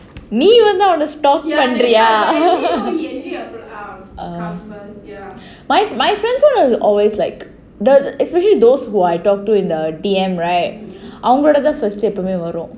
நீ வந்து:nee vandhu stalk பண்றியா:panria my my friend's [one] was always like the especially those who I talk to in the D_M right